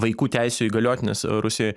vaikų teisių įgaliotinės rusijoj